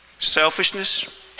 Selfishness